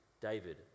David